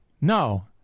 No